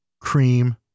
cream